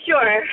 Sure